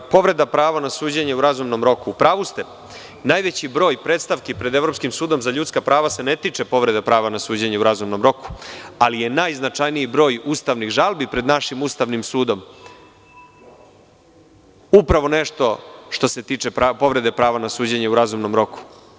Povreda prava na suđenje u razumnom roku, u pravu ste, najveći broj predstavki pred Evropskim sudom za ljudska prava se ne tiče povreda prava na suđenje u razumnom roku, ali je najznačajniji broj ustavnih žalbi pred našim Ustavnim sudom upravo nešto što se tiče povrede prava na suđenje u razumnom roku.